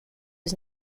was